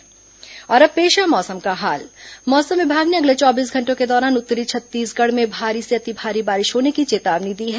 मौसम और अब पेश है मौसम का हाल मौसम विभाग ने अगले चौबीस घंटों के दौरान उत्तरी छत्तीसगढ़ में भारी से अति भारी बारिश होने की चेतावनी दी है